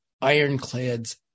ironclads